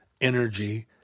energy